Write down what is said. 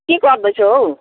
के गर्दैछौ हो